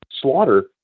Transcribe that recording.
slaughter